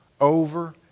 Over